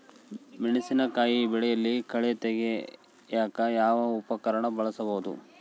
ಮೆಣಸಿನಕಾಯಿ ಬೆಳೆಯಲ್ಲಿ ಕಳೆ ತೆಗಿಯಾಕ ಯಾವ ಉಪಕರಣ ಬಳಸಬಹುದು?